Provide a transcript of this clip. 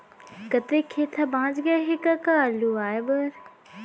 कतेक खेत ह बॉंच गय हे कका लुवाए बर?